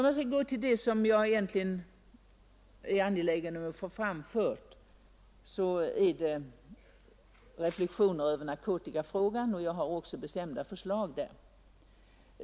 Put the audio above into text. Jag övergår till det som jag egentligen ville ha framfört här, nämligen reflexioner angående narkotikafrågan, och jag har också bestämda förslag där.